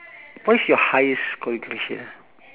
what's your highest qualification ah